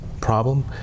problem